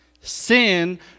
Sin